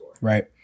Right